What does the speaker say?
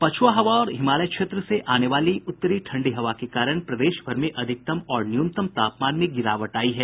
पछ्आ हवा और हिमालय क्षेत्र से आने वाली उत्तरी ठंडी हवा के कारण प्रदेशभर में अधिकतम और न्यूनतम तापमान में गिरावट आई है